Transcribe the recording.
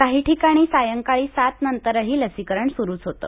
काही ठिकाणी सायंकाळी सातनंतरही लसीकरण सुरू होतं